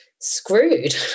screwed